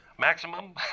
maximum